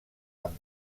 amb